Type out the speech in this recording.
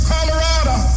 Colorado